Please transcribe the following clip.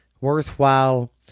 worthwhile